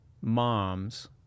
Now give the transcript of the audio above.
moms